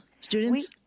students